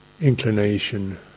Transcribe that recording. inclination